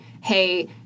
hey